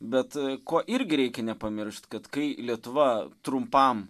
bet ko irgi reikia nepamiršt kad kai lietuva trumpam